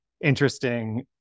interesting